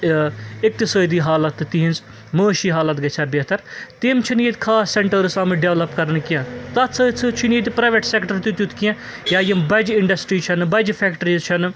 ٲں اقتصٲدی حالت تہٕ تہنٛز معٲشی حالت گَژھہِ ہا بہتر تِم چھِنہٕ ییٚتہِ خاص سیٚنٹرس ڈیٚولپ آمٕتۍ کَرنہٕ کیٚنٛہہ تَتھ سۭتۍ سۭتۍ چھُنہٕ ییٚتہِ پرٛایویٹ سیٚکٹر تہِ تیٛتھ کیٚنٛہہ یا یم بَجہِ اِنڈسٹرٛی چھَنہ بَجہِ فیٚکٹریٖز چھَنہٕ